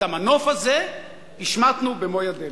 את המנוף הזה השמטנו במו- ידינו.